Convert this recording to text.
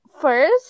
first